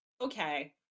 Okay